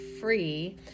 free